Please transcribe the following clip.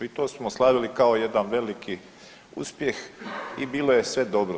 I to smo slavili kao jedan veliki uspjeh i bilo je sve dobro.